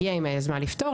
הגיעו עם היוזמה לפתור.